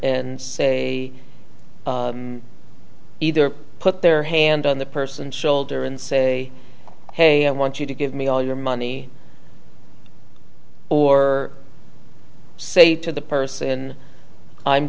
and say either put their hand on the person shoulder and say hey i want you to give me all your money or say to the person i'm